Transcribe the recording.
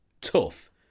tough